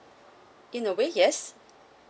in a way yes